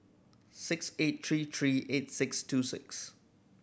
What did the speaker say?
six eight three three eight six two six